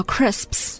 Crisps